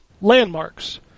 landmarks